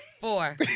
Four